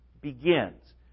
begins